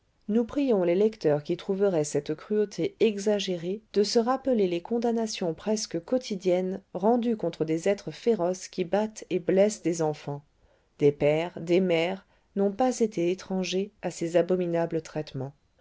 nous prions les lecteurs qui trouveraient cette cruauté exagérée de se rappeler les condamnations presque quotidiennes rendues contre des êtres féroces qui battent et blessent des enfants des pères des mères n'ont pas été étrangers à ces abominables traitements